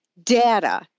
data